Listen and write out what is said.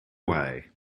away